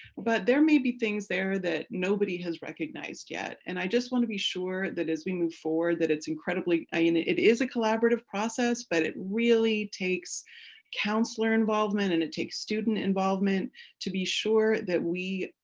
but there may be things there that nobody has recognized yet and i just want to be sure that as we move forward that it's incredibly and it is a collaborative process but it really takes counselor involvement and it takes student involvement to be sure that we